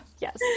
Yes